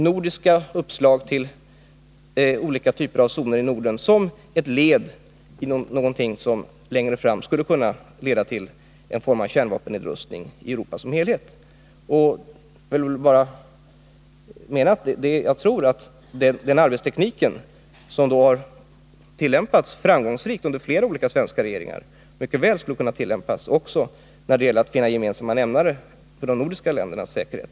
Nordiska uppslag till olika typer av zoner i Norden bör kunna ses som ett led i någonting som längre fram skulle kunna leda till en form av kärnvapennedrustning i Europa som helhet. Jag tror att denna arbetsteknik, som framgångsrikt har tillämpats under flera olika svenska regeringar, mycket väl skulle kunna tillämpas också när det gäller att finna gemensamma nämnare för de nordiska ländernas säkerhet.